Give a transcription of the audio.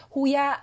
Huya